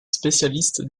spécialiste